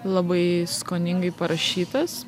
labai skoningai parašytas